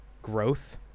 growth